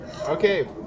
Okay